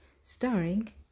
Starring